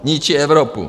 Ničí Evropu!